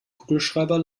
kugelschreiber